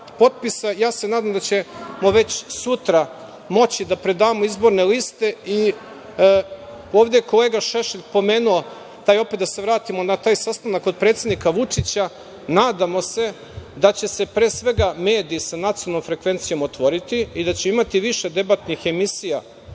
ja se nadam da ćemo već sutra moći da predamo izborne liste. Ovde je kolega Šešelj pomenuo taj, opet da se vratimo na taj sastanak kod predsednika Vučića, nadamo se da će se pre svega mediji sa nacionalnom frekvencijom otvoriti i da će imati više debatnih emisija